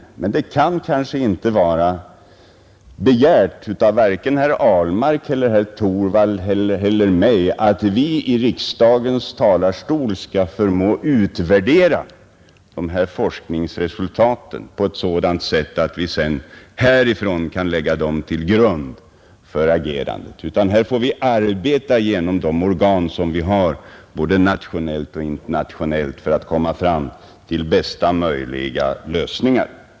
Men det kanske inte kan begäras av vare sig herr Ahlmark, herr Torwald eller mig att vi i riksdagens talarstol skall förmå utvärdera dessa forskningsresultat på ett sådant sätt att vi kan lägga dem till grund för agerandet, utan här får vi arbeta genom de organ som vi har både nationellt och internationellt för att komma fram till bästa möjliga lösningar.